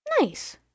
Nice